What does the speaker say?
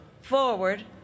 forward